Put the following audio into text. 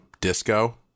disco